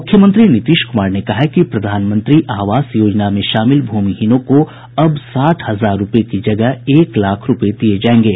मुख्यमंत्री नीतीश कुमार ने कहा है कि प्रधानमंत्री आवास योजना में शामिल भूमिहीनों को अब साठ हजार रूपये की जगह एक लाख रूपये दिये जायेंगे